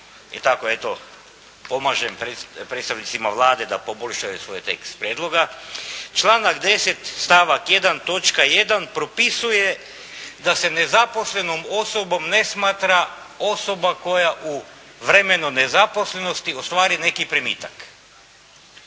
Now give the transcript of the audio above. i tako eto pomažem predstavnicima Vlade da poboljšaju svoj tekst prijedloga. Članak 10. stavak 1. točka 1. propisuje da se nezaposlenom osobom ne smatra osoba koja u vremenu nezaposlenosti ostvari neki primitak.